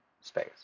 space